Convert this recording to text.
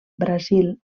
brasil